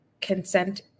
consent